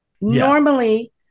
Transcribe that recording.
Normally